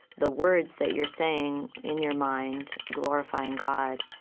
the words that you're saying in your mind, glorifying god,